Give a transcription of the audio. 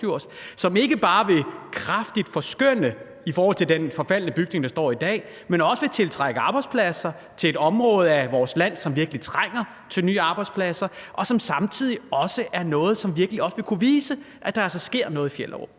forskønne det kraftigt derude i forhold til den forfaldne bygning, der står der i dag, men som også vil tiltrække arbejdspladser til et område af vores land, som virkelig trænger til nye arbejdspladser, og som samtidig også er noget, som virkelig vil kunne vise, at der altså sker noget i Fjellerup.